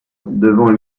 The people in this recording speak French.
devant